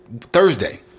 Thursday